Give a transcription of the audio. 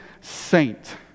saint